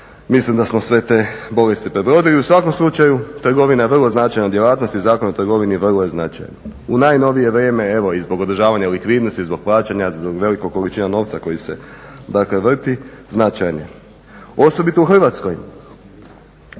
Mislim da smo sve te bolesti prebrodili. I u svakom slučaju trgovina je vrlo značajna djelatnost i Zakon o trgovini vrlo je značajan. U najnovije vrijeme evo i zbog održavanja likvidnosti, zbog plaćanja, zbog velike količine novca koji se, dakle vrti značajan je osobito u Hrvatskoj.